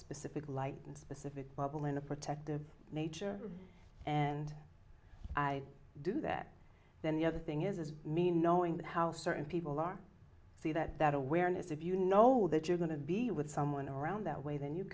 specific light in a specific bubble in a protective nature and i do that then the other thing is is me knowing that how certain people are so that that awareness of you know that you're going to be with someone around that way then you